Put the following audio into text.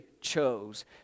chose